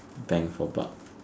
bang for buck